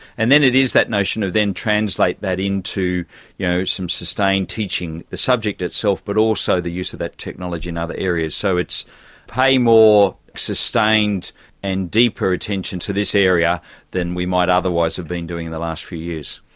and then it is that notion of then translate that into you know some sustained teaching the subject itself but also the use of that technology in other areas. so it's pay more sustained and deeper attention to this area than we might otherwise have been doing in the last few years.